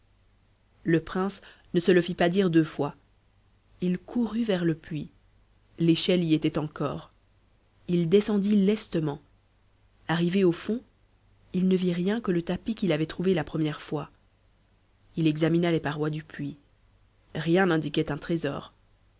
le prince ne se le fit pas dire deux fois il courut vers le puits l'échelle y était encore il descendit lestement arrivé au fond il ne vit rien que le tapis qu'il avait trouvé la première fois il examina les parois du puits rien n'indiquait un trésor